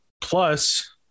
plus